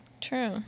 True